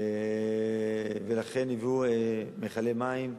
ולכן הביאו מכלי מים,